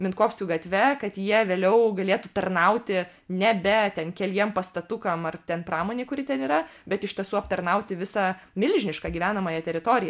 minkovskių gatve kad jie vėliau galėtų tarnauti nebe ten keliem pastatukam ar ten pramonei kuri ten yra bet iš tiesų aptarnauti visą milžinišką gyvenamąją teritoriją